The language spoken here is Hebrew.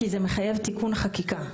כי זה מחייב תיקון חקיקה.